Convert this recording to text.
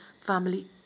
family